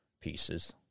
pieces